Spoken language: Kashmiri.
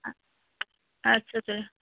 آدٕ سا تُل